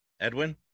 Edwin